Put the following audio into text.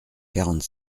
quarante